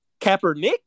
Kaepernick